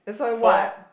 for